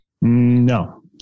No